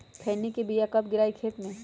खैनी के बिया कब गिराइये खेत मे?